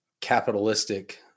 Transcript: capitalistic